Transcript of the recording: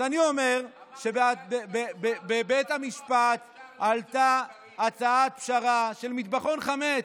אז אני אומר שבבית המשפט עלתה הצעת פשרה של מטבחון חמץ,